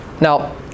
now